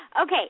Okay